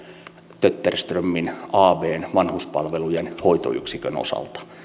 övertötterström abn vanhuspalvelujen hoitoyksikön osalta